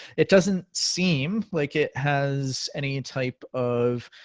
it doesn't seem like it has any type of